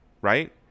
right